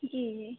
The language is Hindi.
जी जी